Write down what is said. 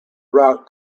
route